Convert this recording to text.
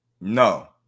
no